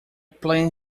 plan